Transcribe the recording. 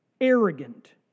arrogant